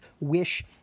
wish